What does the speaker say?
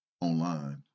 online